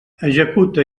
executa